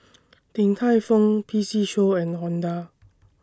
Din Tai Fung P C Show and Honda